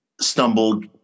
stumbled